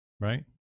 Right